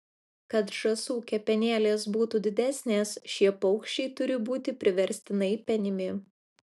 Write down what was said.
kad žąsų kepenėlės būtų didesnės šie paukščiai turi būti priverstinai penimi